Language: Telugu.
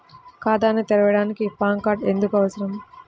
ఖాతాను తెరవడానికి పాన్ కార్డు ఎందుకు అవసరము?